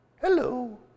Hello